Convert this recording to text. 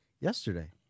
Yesterday